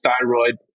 thyroid